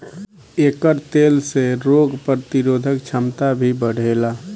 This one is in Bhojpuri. एकर तेल से रोग प्रतिरोधक क्षमता भी बढ़ेला